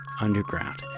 Underground